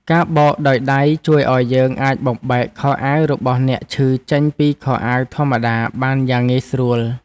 ការបោកដោយដៃជួយឱ្យយើងអាចបំបែកខោអាវរបស់អ្នកឈឺចេញពីខោអាវធម្មតាបានយ៉ាងងាយស្រួល។